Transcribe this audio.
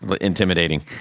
intimidating